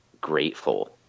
grateful